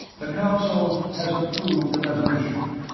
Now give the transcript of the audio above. the council has approved the resolution.